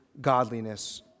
godliness